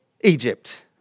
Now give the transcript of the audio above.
Egypt